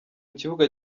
kibuga